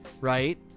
Right